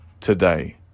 today